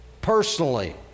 personally